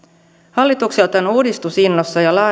hallitukselta on uudistusinnossa ja